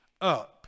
up